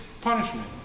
punishment